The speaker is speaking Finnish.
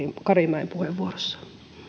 karimäen puheenvuorossa